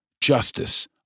justice